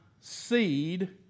seed